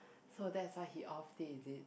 so that's why he offend it is it